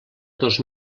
dos